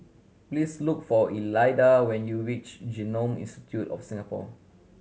please look for Elida when you reach Genome Institute of Singapore